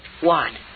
one